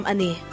Ani